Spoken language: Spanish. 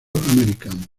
american